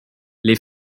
les